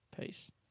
Peace